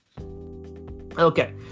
Okay